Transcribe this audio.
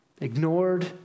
ignored